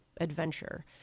adventure